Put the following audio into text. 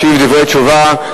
ישיב דברי תשובה,